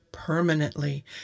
permanently